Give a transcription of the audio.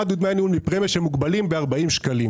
אחד הוא דמי הניהול מפרמיה שהוא מוגבלים ב-40 שקלים.